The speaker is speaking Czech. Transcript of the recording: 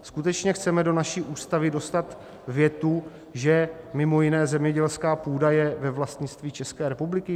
Skutečně chceme do naší Ústavy dostat větu, že mimo jiné zemědělská půda je ve vlastnictví České republiky?